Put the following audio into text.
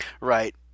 Right